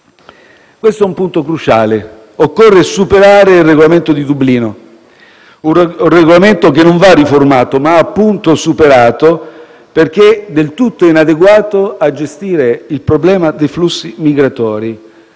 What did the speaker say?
che ritengo cruciale: occorre superare il regolamento di Dublino, che non va riformato, ma appunto superato perché del tutto inadeguato a gestire il problema dei flussi migratori.